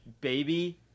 baby